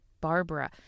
Barbara